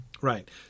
Right